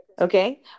Okay